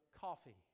coffee